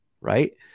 right